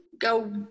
go